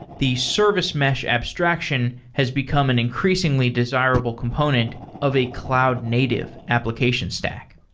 the service mesh abstraction has become an increasingly desirable component of a cloud native application stack.